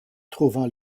trouvant